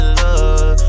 love